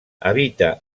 habita